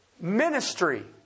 Ministry